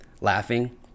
laughing